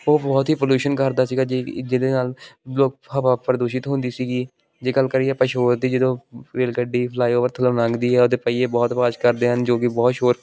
ਉਹ ਬਹੁਤ ਹੀ ਪੋਲਿਊਸ਼ਨ ਕਰਦਾ ਸੀਗਾ ਜੀ ਜਿਹਦੇ ਨਾਲ ਲੋਕ ਹਵਾ ਪ੍ਰਦੂਸ਼ਿਤ ਹੁੰਦੀ ਸੀਗੀ ਜੇ ਗੱਲ ਕਰੀਏ ਆਪਾਂ ਸ਼ੋਰ ਦੀ ਜਦੋਂ ਰੇਲ ਗੱਡੀ ਫ਼ਲਾਈਓਵਰ ਥੱਲੋਂ ਲੰਘਦੀ ਆ ਉਹਦੇ ਪਹੀਏ ਬਹੁਤ ਅਵਾਜ਼ ਕਰਦੇ ਹਨ ਜੋ ਕਿ ਬਹੁਤ ਸ਼ੋਰ